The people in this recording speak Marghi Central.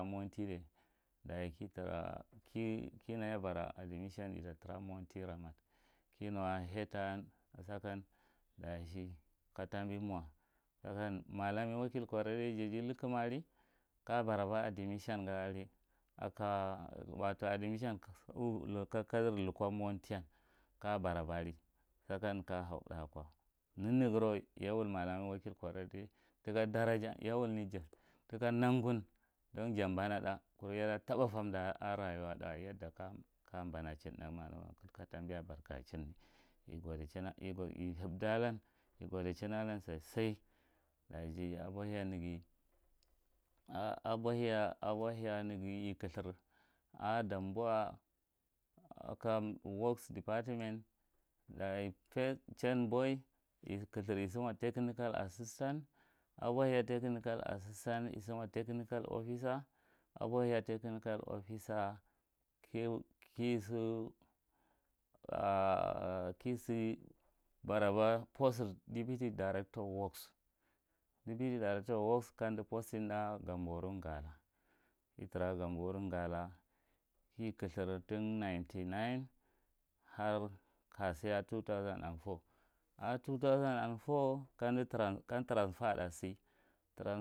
Mowanti de daye kitara kima yabara admission etatra ako mowanti ramat kinu a ka head a sakan dachi sakan ka tabimo sakan mallam wakil korede jaji lekumma ale ka a baraba admission ngu ali aka watau admission kakadur luko mowanti kaja bar aba aliy sakan kaja haa th’u ako nen igirau yawal mallam wakil korede tika daraja wawulne tika nangun don jabana tha’ kuru yada taba formda ako rayuwa thai yadda kaja bana chimda ka tabi abarko china yehibeta alan igodaichin alan sosai dage abohiya neghi iclthur a damboa first chin boy ako works department daji first chin boy, isimo technical asst aboluyi technical assistant isimo technical officer abohiya technical officer kisi baraba past deputy director of works amdi posting th’ua a gamboru ngala ijira a gamboru ngala kikaura tin har kasi ako ako ka transfer sir